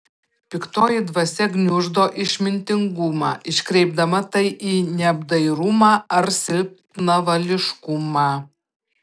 piktoji dvasia gniuždo išmintingumą iškreipdama tai į neapdairumą ar silpnavališkumą